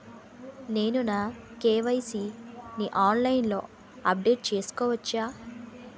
నేను నా కే.వై.సీ ని ఆన్లైన్ లో అప్డేట్ చేసుకోవచ్చా?